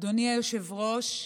אדוני היושב-ראש,